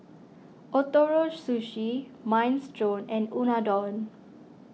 Ootoro Sushi Minestrone and Unadon